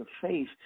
faith